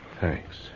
Thanks